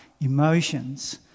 emotions